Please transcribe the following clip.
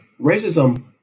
racism